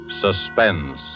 Suspense